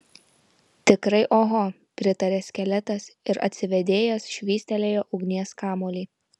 tikrai oho pritarė skeletas ir atsivėdėjęs švystelėjo ugnies kamuolį